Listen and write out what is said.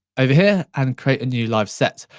over here, and create a new live set.